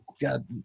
God